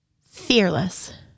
Fearless